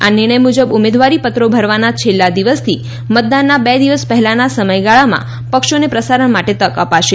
આ નિર્ણય મુજબ ઉમેદવારીપત્રો ભરવાના છેલ્લા દિવસથી મતદાનના બે દિવસ પહેલાના સમયગાળામાં પક્ષોને પ્રસારણ માટે તક અપાશે